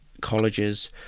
colleges